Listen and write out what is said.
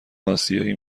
آسیایی